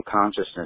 consciousness